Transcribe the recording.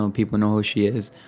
um people know who she is.